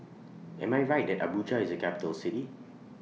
Am I Right Abuja IS A Capital City